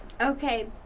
Okay